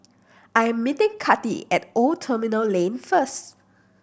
I am meeting Kathi at Old Terminal Lane first